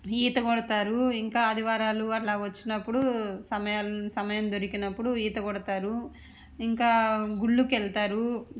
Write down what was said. ఈత కొడతారు ఇంకా ఆదివారాలు అలా వచ్చినప్పుడు సమ సమయం దొరికినప్పుడు ఈత కొడతారు ఇంకా గుళ్ళు వెళతారు